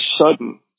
sudden